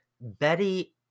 Betty